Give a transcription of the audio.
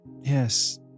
yes